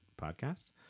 podcast